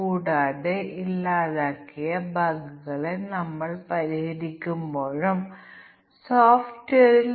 കൂടാതെ വലുപ്പം ഫോണ്ട് ശൈലി ടെക്സ്റ്റ് ഫോണ്ട് മുതലായവ നിറം മുതലായവയുടെ മൂല്യങ്ങളുടെ എണ്ണം ഇവിടെയുണ്ട്